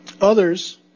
Others